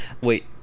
Wait